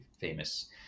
famous